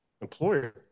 employer